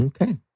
Okay